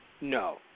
No